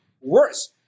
worse